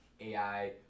AI